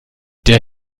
der